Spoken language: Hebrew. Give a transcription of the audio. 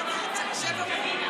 הו, ראש הממשלה הגיע.